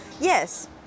yes